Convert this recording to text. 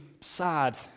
sad